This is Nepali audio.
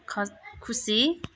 ख खुसी